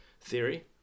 theory